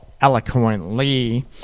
eloquently